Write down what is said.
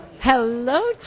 Hello